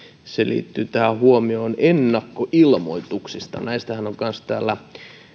se liittyy tähän huomioon ennakkoilmoituksista näistähän on täällä